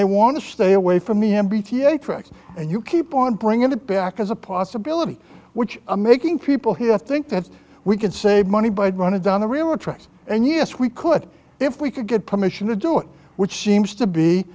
they want to stay away from me m b t a prick and you keep on bringing it back as a possibility which i'm making people here think that we can save money by running down the railroad tracks and yes we could if we could get permission to do it which seems to be